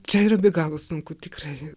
čia yra be galo sunku tikrai